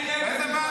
כמה עולה חלב